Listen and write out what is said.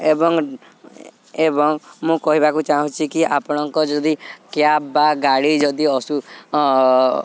ଏବଂ ଏବଂ ମୁଁ କହିବାକୁ ଚାହୁଁଛିକି ଆପଣଙ୍କ ଯଦି କ୍ୟାବ୍ ବା ଗାଡ଼ି ଯଦି